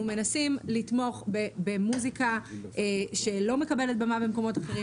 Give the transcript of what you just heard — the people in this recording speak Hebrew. אנחנו מנסים לתמוך במוזיקה שלא מקבלת במה במקומות אחרים,